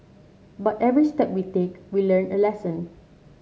but every step we take we learn a lesson